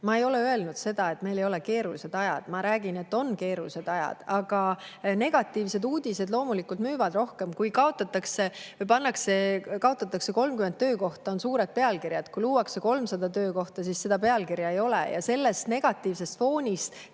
Ma ei ole öelnud, et meil ei ole keerulised ajad. Ma räägin, et on keerulised ajad. Aga negatiivsed uudised loomulikult müüvad rohkem. Kui kaotatakse 30 töökohta, on suured pealkirjad, kui luuakse 300 töökohta, siis seda pealkirja ei ole. See negatiivne foon